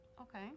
okay